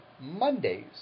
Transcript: Mondays